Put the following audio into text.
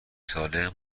ساله